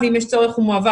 ואם יש צורך הוא מועבר.